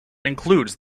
includes